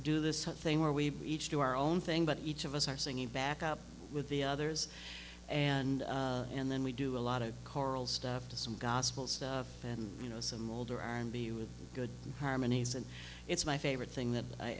do this thing where we each do our own thing but each of us are singing backup with the others and and then we do a lot of choral stuff to some gospel and you know some older r and b with good harmonies and it's my favorite thing that i